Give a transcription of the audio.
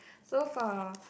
so for